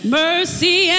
mercy